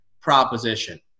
proposition